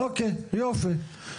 אוקיי, יופי.